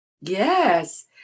yes